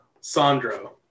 Sandro